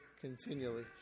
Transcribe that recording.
continually